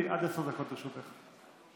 דקות לרשותך.